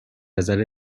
نظر